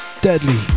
Deadly